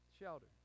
shelter